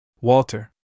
Walter